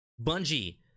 Bungie